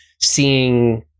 seeing